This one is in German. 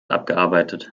abgearbeitet